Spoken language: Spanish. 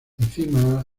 encima